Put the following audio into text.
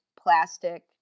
plastic